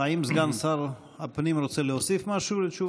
האם סגן שר הפנים רוצה להוסיף משהו לתשובתו?